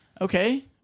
Okay